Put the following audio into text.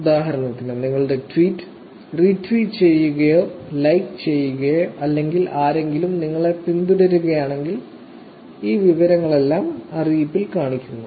ഉദാഹരണത്തിന് നിങ്ങളുടെ tweet retweet ചെയ്യുകയോ ലൈക്ക് ചെയ്യുകയോ അല്ലെങ്കിൽ ആരെങ്കിലും നിങ്ങളെ പിന്തുടരുകയാണെങ്കിൽ ഈ വിവരങ്ങളെല്ലാം അറിയിപ്പിൽ കാണിക്കുന്നു